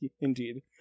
Indeed